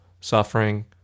suffering